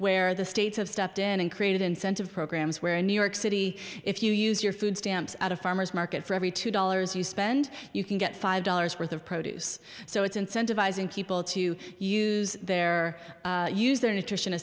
where the states have stepped in and created incentive programs where in new york city if you use your food stamps at a farmer's market for every two dollars you spend you can get five dollars worth of produce so it's incentivizing people to use their use their n